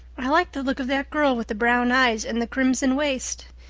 i like the look of that girl with the brown eyes and the crimson waist.